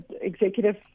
executive